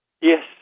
Yes